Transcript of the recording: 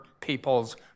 people's